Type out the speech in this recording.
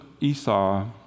Esau